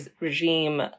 regime